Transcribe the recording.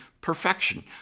perfection